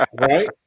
right